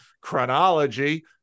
chronology